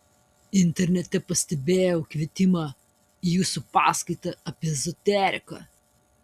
internete pastebėjau kvietimą į jūsų paskaitą apie ezoteriką